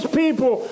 people